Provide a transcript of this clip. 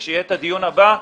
וכאשר יהיה הדיון הבא,